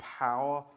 power